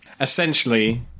Essentially